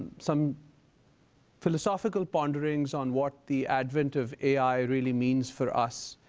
some philosophical ponderings on what the advent of ai really means for us.